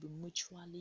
mutually